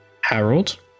Harold